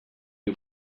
you